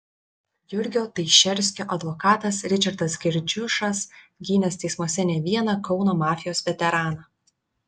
jurgio teišerskio advokatas ričardas girdziušas gynęs teismuose ne vieną kauno mafijos veteraną